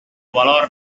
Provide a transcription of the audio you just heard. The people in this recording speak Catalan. valor